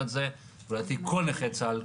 לדעתי כל נכי צה"ל,